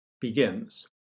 Begins